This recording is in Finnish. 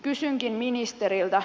kysynkin ministeriltä